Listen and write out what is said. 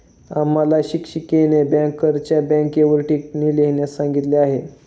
आम्हाला शिक्षिकेने बँकरच्या बँकेवर टिप्पणी लिहिण्यास सांगितली आहे